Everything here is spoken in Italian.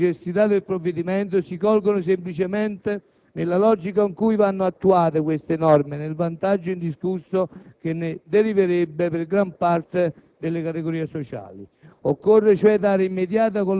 L'illustrazione delle ragioni di necessità del provvedimento si coglie semplicemente nella logica in cui vanno attuate queste norme e nel vantaggio indiscusso che ne deriverebbe per gran parte delle categorie